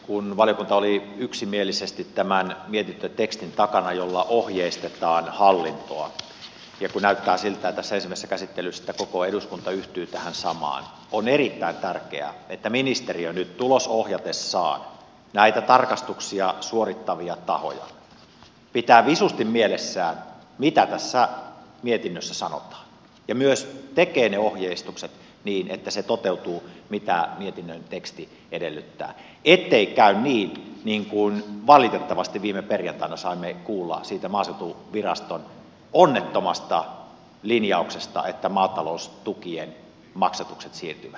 kun valiokunta oli yksimielisesti tämän mietintötekstin takana jolla ohjeistetaan hallintoa ja kun näyttää siltä jo tässä ensimmäisessä käsittelyssä että koko eduskunta yhtyy tähän samaan on erittäin tärkeää että ministeriö nyt tulosohjatessaan näitä tarkastuksia suorittavia tahoja pitää visusti mielessään mitä tässä mietinnössä sanotaan ja myös tekee ne ohjeistukset niin että se toteutuu mitä mietinnön teksti edellyttää ettei käy niin niin kuin valitettavasti viime perjantaina saimme kuulla siitä maaseutuviraston onnettomasta linjauksesta että maataloustukien maksatukset siirtyvät